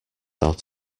out